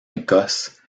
écosse